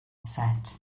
set